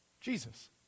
Jesus